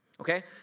Okay